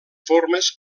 formes